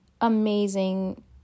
amazing